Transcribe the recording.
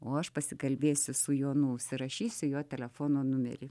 o aš pasikalbėsiu su jonu užsirašysiu jo telefono numerį